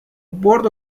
برد